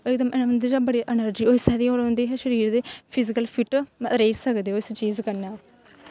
उंदै च बड़ी जादा इनार्जी होई सकदी और शरीर दी फिजीकल फिट्ट रेही सकदे ओह् इस चीज़ कन्नै